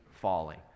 falling